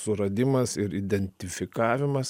suradimas ir identifikavimas